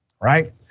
right